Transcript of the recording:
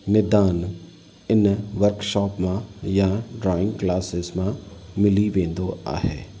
निदान हिन वकशॉप मां या ड्रॉईंग क्लासिस मां मिली वेंदो आहे